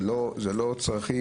זה לא צרכים?